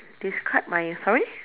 discard my sorry